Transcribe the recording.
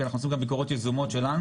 כי אנחנו עשינו גם ביקורות יזומות שלנו,